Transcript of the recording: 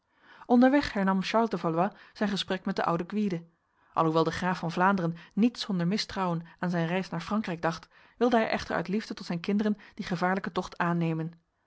onderweg hernam charles de valois zijn gesprek met de oude gwyde alhoewel de graaf van vlaanderen niet zonder mistrouwen aan zijn reis naar frankrijk dacht wilde hij echter uit liefde tot zijn kinderen die gevaarlijke tocht aannemen